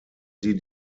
sie